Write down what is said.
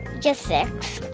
just six.